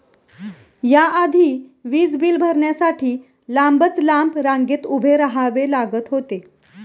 या आधी वीज बिल भरण्यासाठी लांबच लांब रांगेत उभे राहावे लागत होते